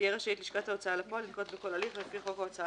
תהיה רשאית לשכת ההוצאה לפועל לנקוט בכל הליך לפי חוק ההוצאה